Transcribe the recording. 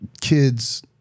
Kids